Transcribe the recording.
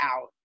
out